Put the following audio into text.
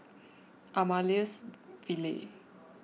Amaryllis Ville